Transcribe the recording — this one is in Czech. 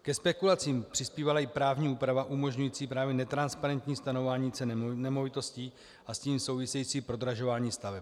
Ke spekulacím přispívala i právní úprava umožňující právě netransparentní stanovování ceny nemovitostí a s tím související prodražování staveb.